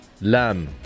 Lam